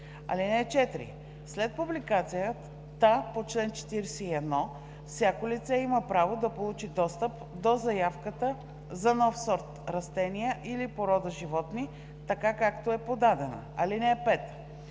(4) След публикацията по чл. 41 всяко лице има право да получи достъп до заявката за нов сорт растения или порода животни, така както е подадена. (5)